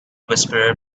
whisperer